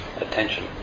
attention